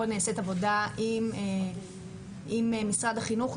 פה נעשית עבודה עם משרד החינוך,